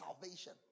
salvation